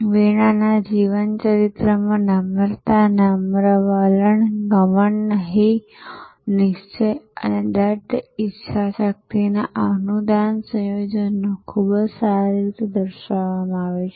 વીના જીવનચરિત્રમાં નમ્રતા નમ્ર વલણ નમ્રતા ઘમંડ નહીં નિશ્ચય અને દૃઢ ઇચ્છાશક્તિના અનુદાન સંયોજનને ખૂબ સારી રીતે દર્શાવવામાં આવ્યું છે